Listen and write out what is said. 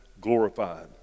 glorified